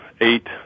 eight